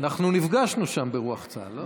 אנחנו נפגשנו שם, ברוח צה"ל, לא?